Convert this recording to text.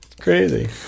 Crazy